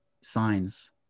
signs